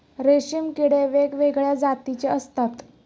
रेशीम किडे वेगवेगळ्या जातीचे असतात